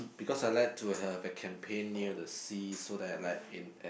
because I like to have a campaign near the sea so that like in at